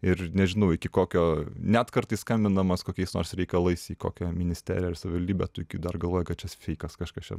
ir nežinau iki kokio net kartais skambindamas kokiais nors reikalais į kokią ministeriją ar savivaldybę tu iki dar galvoji kad čia feikas kažkas čia